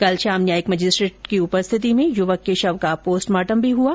कल शाम न्यायिक मजिस्ट्रेट की उपस्थिति में युवक के शव का पोस्टमार्टम हुआ